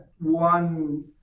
one